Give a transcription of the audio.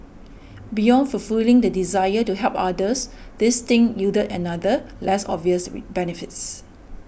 beyond fulfilling the desire to help others this stint yielded another less obvious re benefits